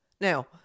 Now